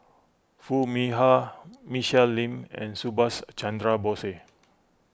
Foo Mee Har Michelle Lim and Subhas Chandra Bose